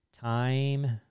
time